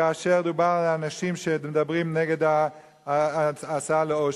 כאשר דובר על אנשים שמדברים נגד ההסעה לאושוויץ.